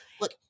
Look